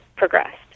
Progressed